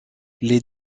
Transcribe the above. les